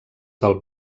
del